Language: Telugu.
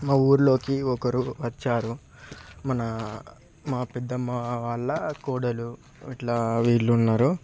మా ఊరిలోకి ఒకరు వచ్చారు మనా మా పెద్దమ్మ వాళ్ళ కోడలు ఇట్లా వీళ్ళున్నారు